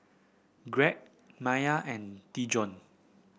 Gregg Maia and Dijon